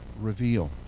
reveal